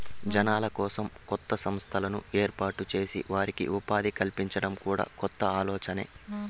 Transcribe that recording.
జనాల కోసం కొత్త సంస్థను ఏర్పాటు చేసి వారికి ఉపాధి కల్పించడం కూడా కొత్త ఆలోచనే